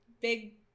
big